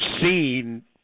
seen